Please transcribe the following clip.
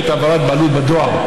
בעת העברת בעלות בדואר,